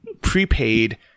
prepaid